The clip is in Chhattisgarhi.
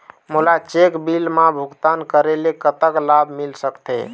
मोला चेक बिल मा भुगतान करेले कतक लाभ मिल सकथे?